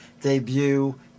debut